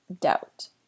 doubt